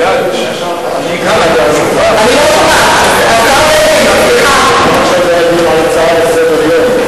עד עכשיו זה היה דיון על הצעה לסדר-יום.